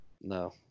no